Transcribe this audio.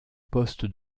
poste